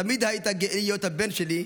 תמיד היית גאה להיות הבן שלי,